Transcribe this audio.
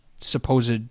supposed